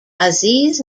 aziz